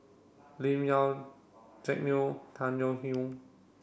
Lim Yau Jack Neo Tung Chye Hong